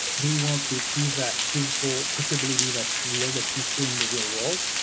do you want to achieve that physical capability that's real, that's useful in the real world?